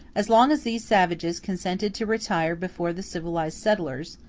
as long as these savages consented to retire before the civilized settlers,